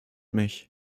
mich